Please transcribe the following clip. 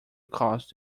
caused